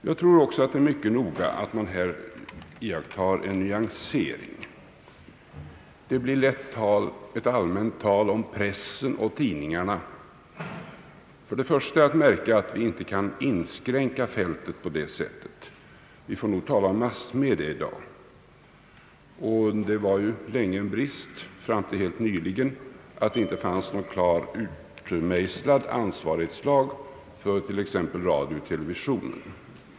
Jag tror också det är noga med att man här iakttar en nyansering. Det blir lätt ett allmänt tal om »pressen» och »tidningarna». Först och främst är att märka, att vi inte kan inskränka fältet på det sättet. Vi får nog tala om massmedia i dag. Fram till helt nyligen har det ju länge varit en brist att det inte funnits någon klart utmejslad ansvarighetslag för t.ex. radio och television.